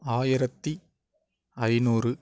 ஆயிரத்தி ஐநூறு